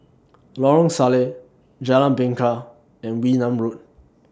Lorong Salleh Jalan Bingka and Wee Nam Road